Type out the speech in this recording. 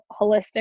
holistic